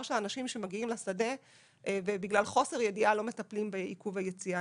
האנשים שמגיעים לשדה בגלל חוסר ידיעה לא מטפלים בעיכוב היציאה.